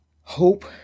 hope